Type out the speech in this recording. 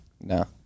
No